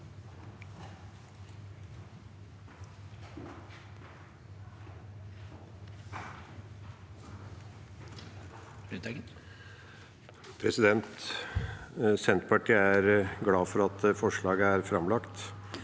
Senterpartiet er glad for at forslaget er framlagt.